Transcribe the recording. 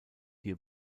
hier